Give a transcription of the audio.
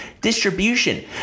distribution